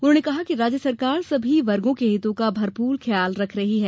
उन्होंने कहा कि राज्य सरकार सभी वर्गों के हितों का भरपूर ख्याल रख रही है